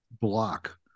block